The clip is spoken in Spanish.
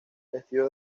estudió